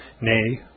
nay